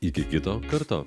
iki kito karto